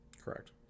correct